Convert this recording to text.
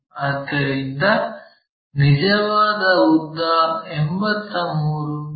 ಆದ್ದರಿಂದ ನಿಜವಾದ ಉದ್ದ 83 ಮಿ